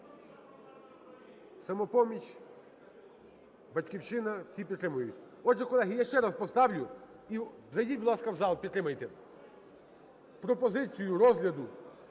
"Самопоміч", "Батьківщина" – всі підтримують. Отже, колеги, я ще раз поставлю. І зайдіть, будь ласка, в зал, підтримайте пропозицію розгляду